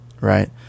right